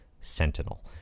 sentinel